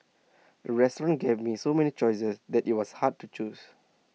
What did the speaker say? the restaurant gave me so many choices that IT was hard to choose